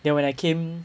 then when I came